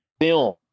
film